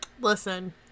Listen